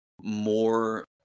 more